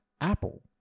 Apple